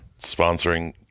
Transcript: sponsoring